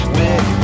big